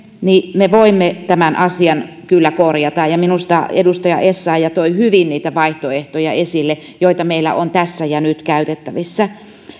niin me voimme tämän asian kyllä korjata minusta edustaja essayah toi hyvin esille niitä vaihtoehtoja joita meillä on tässä ja nyt käytettävissä